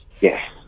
Yes